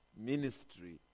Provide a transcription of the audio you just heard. ministry